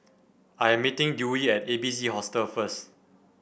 I am meeting Dewey at A B C Hostel first